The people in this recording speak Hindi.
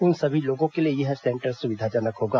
उन सभी लोगों के लिए यह सेंटर सुविधाजनक होगा